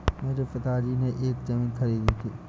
मेरे पिताजी ने एक जमीन खरीदी थी